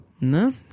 No